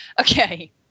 Okay